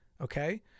okay